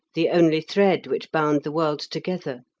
the only thread which bound the world together